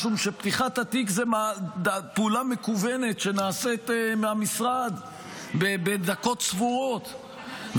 משום שפתיחת התיק זו פעולה מקוונת שנעשית מהמשרד בדקות ספורות,